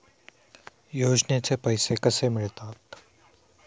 योजनेचे पैसे कसे मिळतात?